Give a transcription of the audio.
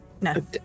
No